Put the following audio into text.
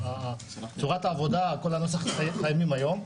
צורת העבודה, כל הנוסח, קיים היום.